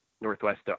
Northwest